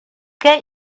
get